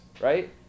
right